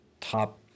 top